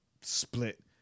split